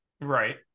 Right